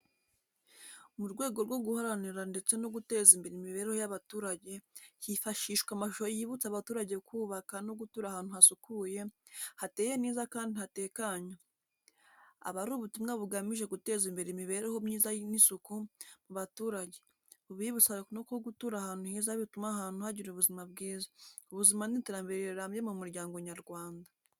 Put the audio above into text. Mu rwego rwo guharanira ndetse no guteza imbere imibereho y’abaturage hifashishwa amashusho yibutsa abaturage kubaka no gutura ahantu hasukuye, hateye neza kandi hatekanye. Aba ari ubutumwa bugamije guteza imbere imibereho myiza n’isuku mu baturage, bubibutsa ko gutura ahantu heza bituma abantu bagira ubuzima bwiza, ubuzima n’iterambere rirambye mu muryango nyarwanda.